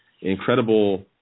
incredible